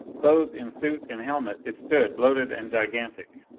clothed in suit and helmet, it stood, bloated and gigantic.